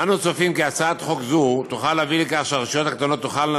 אנו צופים כי הצעת חוק זו תוכל להביא לכך שהרשויות הקטנות תוכלנה